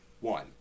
One